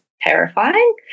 terrifying